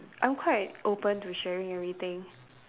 I'm quite open to sharing everything